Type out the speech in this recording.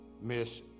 Miss